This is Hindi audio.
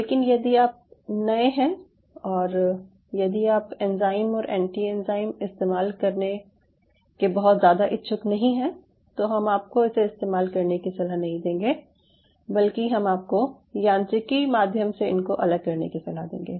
लेकिन यदि आप नए हैं और यदि आप एंजाइम और एंटी एंजाइम इस्तेमाल करने के बहुत ज़्यादा इच्छुक नहीं हैं तो हम आपको इसे इस्तेमाल करने की सलाह नहीं देंगे बल्कि हम आपको यांत्रिकी माध्यम से इनको अलग करने की सलाह देंगे